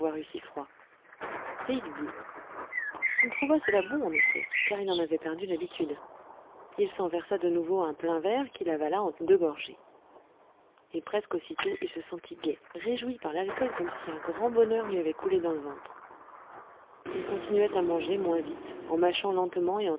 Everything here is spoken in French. si froid et il but il trouva cela bon en effet car il en avait perdu l'habitude il s'en versa de nouveau un plein verre qu'il avala en deux gorgées et presque aussitôt il se sentit gai réjoui par l'alcool comme si un grand bonheur lui avait coulé dans le ventre il continuait à manger moins vite en mâchant lentement et